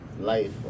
life